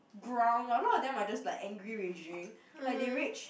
a lot of them just like angry raging like they rage